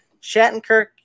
Shattenkirk